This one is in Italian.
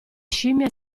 scimmie